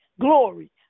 glory